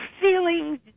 feelings